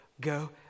go